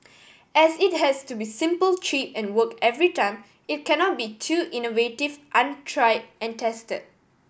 as it has to be simple cheap and work every time it cannot be too innovative untried and tested